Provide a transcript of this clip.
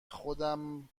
خودم